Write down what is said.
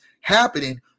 happening